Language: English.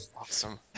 Awesome